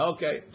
Okay